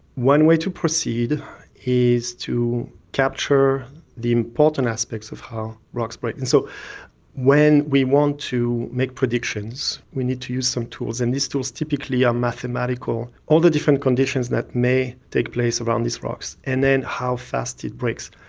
one way to proceed is to capture the important aspects of how rocks break. and so when we want to make predictions, we need to use some tools, and these tools typically are mathematical, all the different conditions that may take place around these rocks, and then how fast it breaks.